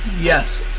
Yes